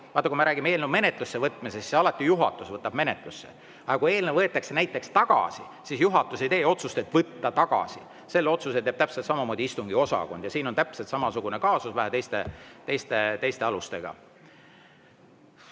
Vaata, kui me räägime eelnõu menetlusse võtmisest, siis alati juhatus võtab menetlusse, aga kui eelnõu võetakse tagasi, siis juhatus ei tee otsust, et on võetud tagasi, selle otsuse teeb täpselt samamoodi istungiosakond. Ja siin on täpselt samasugune kaasus vähe teisel alusel.